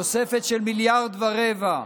תוספת של מיליארד ורבע.